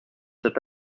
cet